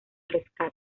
rescate